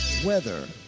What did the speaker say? Weather